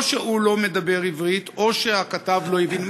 או שהוא לא מדבר עברית, או שהכתב לא הבין.